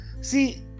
See